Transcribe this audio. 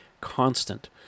constant